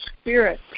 spirit